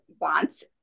wants